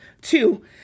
Two